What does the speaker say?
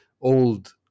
old